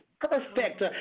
perfect